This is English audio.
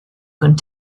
cruise